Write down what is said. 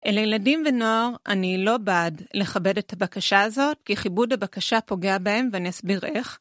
לילדים ונוער אני לא בעד לכבד את הבקשה הזאת, כי כיבוד הבקשה פוגע בהם, ואני אסביר איך